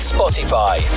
Spotify